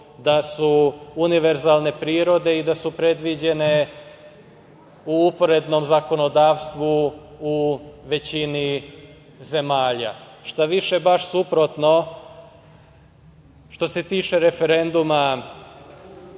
da su univerzalne prirode i da su predviđene u uporednom zakonodavstvu u većini zemalja, štaviše, čak suprotno. Što se tiče referenduma,